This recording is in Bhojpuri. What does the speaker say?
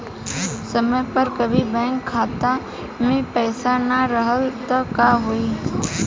समय पर कभी बैंक खाता मे पईसा ना रहल त का होई?